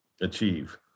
achieve